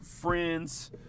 friends